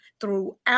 throughout